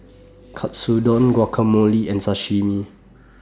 Katsudon Guacamole and Sashimi